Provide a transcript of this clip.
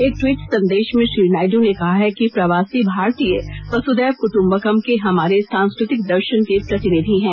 एक ट्वीट संदेश में श्री नायडु ने कहा है कि प्रवासी भारतीय वसुधैव कुटुंबकम के हमारे सांस्कृतिक दर्शन के प्रतिनिधि हैं